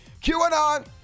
QAnon